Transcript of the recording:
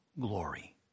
glory